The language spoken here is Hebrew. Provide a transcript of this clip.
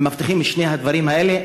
אם מבטיחים את שני הדברים האלה,